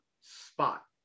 spot